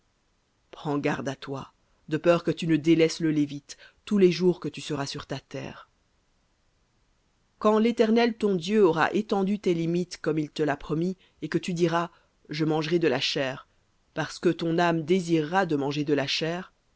prends garde à toi de peur que tu ne délaisses le lévite tous les jours que tu seras sur ta terre v voir et quand l'éternel ton dieu aura étendu tes limites comme il te l'a promis et que tu diras je mangerai de la chair parce que ton âme désirera de manger de la chair